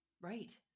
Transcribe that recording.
Right